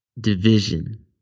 division